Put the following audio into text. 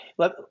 Let